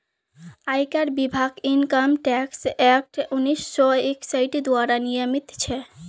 आयकर विभाग income tax act उन्नीस सौ इकसठ द्वारा नियमित छेक